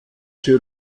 sie